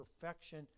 perfection